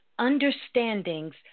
understandings